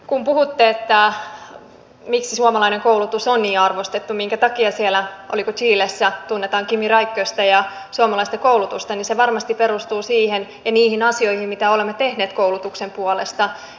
kun puhutte miksi suomalainen koulutus on niin arvostettu minkä takia siellä oliko chilessä tunnetaan kimi räikköstä ja suomalaista koulutusta niin se varmasti perustuu siihen ja niihin asioihin mitä olemme tehneet koulutuksen puolesta